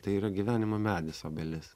tai yra gyvenimo medis obelis